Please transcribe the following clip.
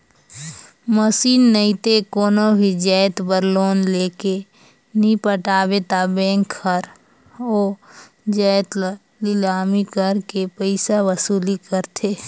machine नइते कोनो भी जाएत बर लोन लेके नी पटाबे ता बेंक हर ओ जाएत ल लिलामी करके पइसा वसूली करथे